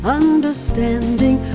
understanding